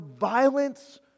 violence